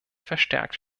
verstärkt